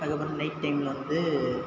அதுக்கு அப்புறம் நைட் டைமில் வந்து